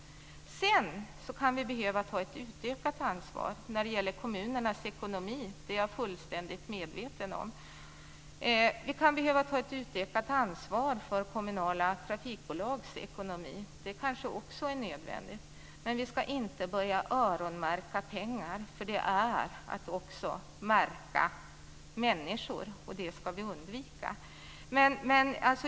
Sedan kan vi behöva ta ett utökat ansvar när det gäller kommunernas ekonomi. Det är jag fullständigt medveten om. Vi kan behöva ta ett utökat ansvar för kommunala trafikbolags ekonomi. Det är kanske också nödvändigt. Men vi ska inte börja öronmärka pengar. Det är nämligen att också märka människor och det ska vi undvika.